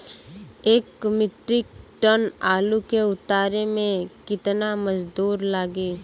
एक metric ton आलू के उतारे मे कितना मजदूर लागि?